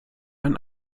ein